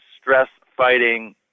stress-fighting